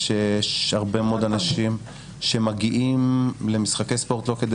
יש הרבה מאוד אנשים שמגיעים למשחקי ספורט לא כדי